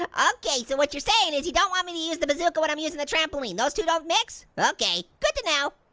and ah okay so what you're saying is you don't want me to use the bazooka when i'm using the trampoline. those two don't mix? okay, good to know.